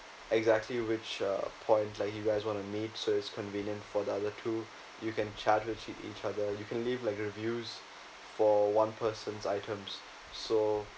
exactly which uh point like you guys wanna meet so it's convenient for the other too you can chat with each other you can leave like uh reviews for one person's items so